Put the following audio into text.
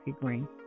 Green